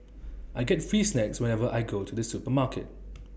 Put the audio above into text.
I get free snacks whenever I go to the supermarket